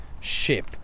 ship